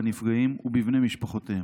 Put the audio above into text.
בנפגעים ובבני משפחותיהם.